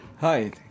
Hi